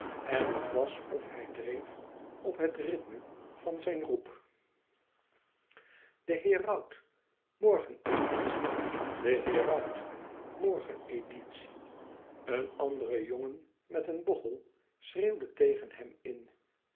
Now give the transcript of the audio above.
en het was of hij dreef op het rythme van zijn roep de heraut morgeneditie de heraut morgeneditie een andere jongen met een bochel schreeuwde tegen hem in